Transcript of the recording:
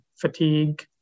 fatigue